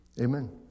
Amen